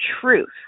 truth